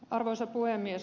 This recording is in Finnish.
arvoisa puhemies